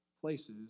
places